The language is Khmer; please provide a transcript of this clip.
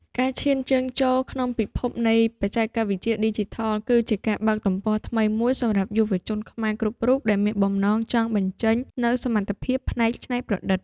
ការឈានជើងចូលក្នុងពិភពនៃបច្ចេកវិទ្យាឌីជីថលគឺជាការបើកទំព័រថ្មីមួយសម្រាប់យុវជនខ្មែរគ្រប់រូបដែលមានបំណងចង់បញ្ចេញនូវសមត្ថភាពផ្នែកច្នៃប្រឌិត។